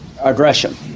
aggression